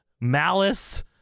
Malice